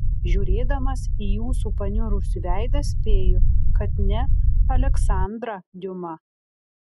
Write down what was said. žiūrėdamas į jūsų paniurusį veidą spėju kad ne aleksandrą diuma